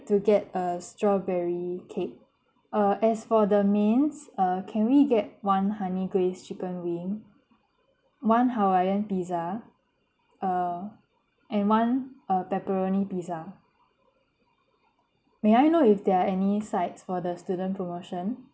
to get a strawberry cake uh as for the mains uh can we get one honey glazed chicken wing one hawaiian pizza uh and one uh pepperoni pizza may I know if there are any sides for the student promotion